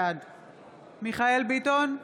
בעד מיכאל מרדכי ביטון,